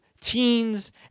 teens